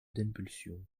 d’impulsion